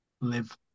live